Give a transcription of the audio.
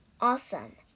Awesome